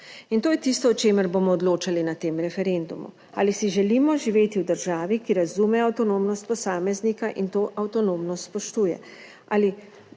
In to je tisto, o čemer bomo odločali na tem referendumu - ali si želimo živeti v državi, ki razume avtonomnost posameznika in to avtonomnost spoštuje, ali